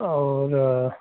और